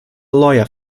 lawyer